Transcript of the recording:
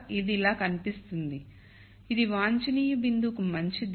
ఇది ఇలా కనిపిస్తుంది ఇది వాంఛనీయ బిందువుకు మంచిదే